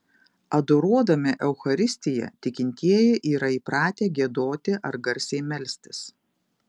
adoruodami eucharistiją tikintieji yra įpratę giedoti ar garsiai melstis